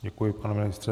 Děkuji, pane ministře.